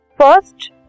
First